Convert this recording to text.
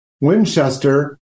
Winchester